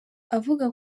avuga